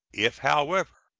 if, however,